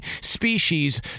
species